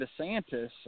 DeSantis